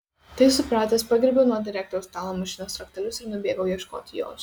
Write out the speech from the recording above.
tai supratęs pagriebiau nuo direktoriaus stalo mašinos raktelius ir nubėgau ieškoti jos